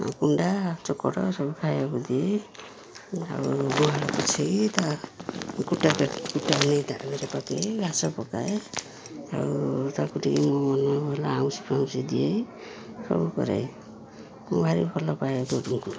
କୁଣ୍ଡା ଚୋକଡ଼ ସବୁ ଖାଇବାକୁ ଦିଏ ଆଉ ଗୁହାଳ ପଛେଇ ତା କୁଟା କୁଟା ଆଣି ପକେଇ ଘାସ ପକାଏ ଆଉ ତା'କୁ ଟିକେ ମୋ ମନ ହେଲା ଆଉଁଶିଫାଉଁଶି ଦିଏ ସବୁ କରେ ମୁଁ ଭାରି ଭଲ ପାଏ ଗୋରୁଙ୍କୁ